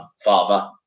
father